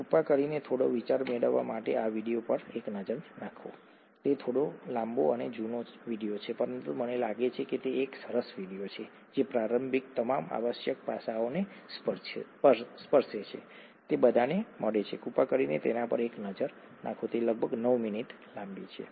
કૃપા કરીને થોડો વિચાર મેળવવા માટે આ વિડિઓ પર એક નજર નાખો તે થોડો લાંબો અને જૂનો વિડિઓ છે પરંતુ મને લાગે છે કે તે એક સરસ વિડિઓ છે જે પ્રારંભિક તમામ આવશ્યક પાસાઓને સ્પર્શે છે તે બધાને મળે છે કૃપા કરીને તેના પર એક નજર નાખો તે લગભગ 9 મિનિટ લાંબી છે